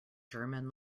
german